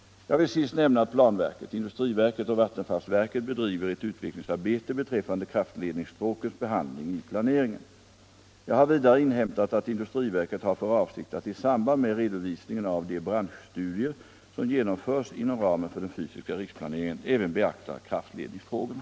Jag vill till sist nämna att planverket, industriverket och vattenfallsverket bedriver ett utvecklingsarbete beträffande kraftledningsstråkens behandling i planeringen. Jag har vidare inhämtat att industriverket har för avsikt att i samband med redovisningen av de branschstudier som genomförs inom ramen för den fysiska riksplaneringen även beakta kraftledningsfrågorna.